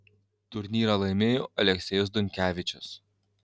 turnyrą laimėjo aleksejus dunkevičius